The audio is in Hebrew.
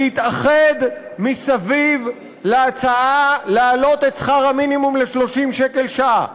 להתאחד מסביב להצעה לעלות את שכר המינימום ל-30 שקל שעה.